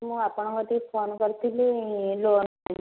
ମୁଁ ଆପଣଙ୍କ ଠି ଫୋନ୍ କରିଥିଲି ଲୋନ୍ ପାଇଁ